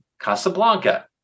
Casablanca